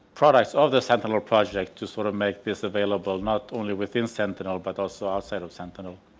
products of the sentinel project to sort of make this available not only within sentinel but also outside of sentinel.